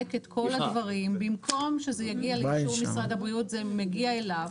שבודק את כל הדברים במקום שזה יגיע לאישור משרד הבריאות זה מגיע אליו,